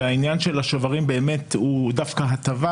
והעניין של השוברים הוא דווקא הטבה,